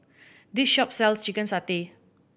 this shop sells chicken satay